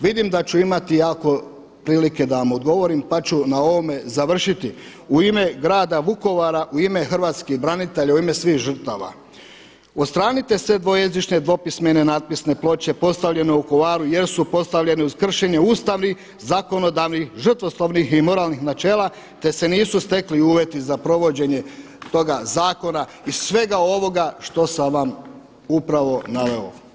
Vidim da ću imati jako prilike da vam odgovorim pa ću na ovome završiti, u ime grada Vukovara u ime hrvatskih branitelja u ime svih žrtava, odstranite sve dvojezične dvopismene natpisne ploče postavljene u Vukovaru jer su postavljene uz kršenje ustavnih, zakonodavnih, žrtvoslovnih i moralnih načela, te se nisu stekli uvjeti za provođenje toga zakona, iz svega ovoga što sam vam upravo naveo.